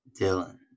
Dylan